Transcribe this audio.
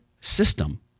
system